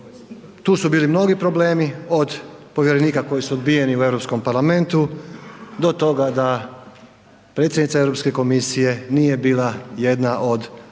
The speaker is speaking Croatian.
Tu su bili mnogi problemi, od povjerenika koji su odbijeni u Europskom parlamentu do toga da predsjednica Europske komisije nije bila jedna od kandidata